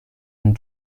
and